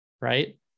Right